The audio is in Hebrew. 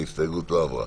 ההסתייגות לא עברה.